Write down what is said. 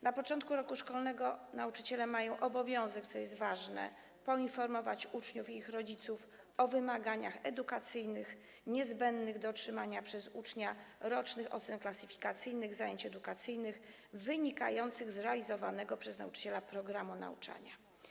Na początku roku szkolnego nauczyciele mają obowiązek, co jest ważne, poinformować uczniów i ich rodziców o wymaganiach edukacyjnych niezbędnych do otrzymania przez ucznia rocznych ocen klasyfikacyjnych z zajęć edukacyjnych wynikających z realizowanego przez nauczyciela programu nauczania.